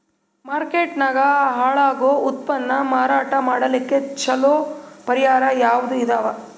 Market ನಾಗ ಹಾಳಾಗೋ ಉತ್ಪನ್ನ ಮಾರಾಟ ಮಾಡಲಿಕ್ಕ ಚಲೋ ಪರಿಹಾರ ಯಾವುದ್ ಇದಾವ?